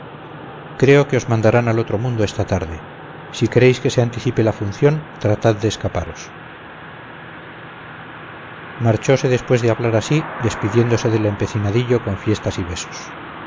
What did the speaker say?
creo que os mandarán al otro mundo esta tarde si queréis que se anticipe la función tratad de escaparos marchose después de hablar así despidiéndose del empecinadillo con fiestas y besos